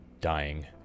dying